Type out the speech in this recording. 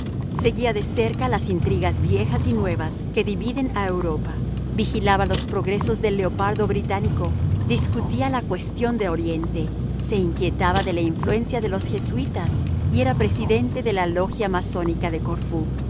seguía de cerca las intrigas viejas y nuevas que dividen a europa vigilaba los progresos del leopardo británico discutía la cuestión de oriente se inquietaba de la influencia de los jesuitas y era presidente de la logia masónica de corfú